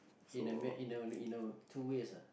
in a in a two ways ah